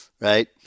Right